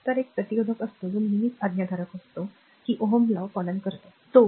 तर एक प्रतिरोधक असतो जो नेहमीच आज्ञाधारक असतो की पालन करतो